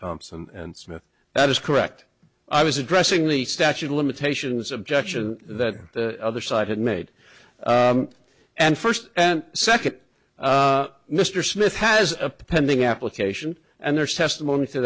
comps and smith that is correct i was addressing the statute of limitations objection that the other side had made and first and second mr smith has a pending application and there's testimony to